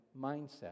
mindset